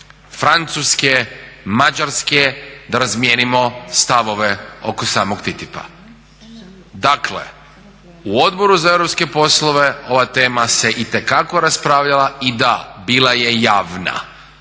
Francuske, Mađarske da razmijenimo stavove oko samog TTIP-a. Dakle, u Odboru za europske poslove ova tema se itekako raspravljala i da bila je javna.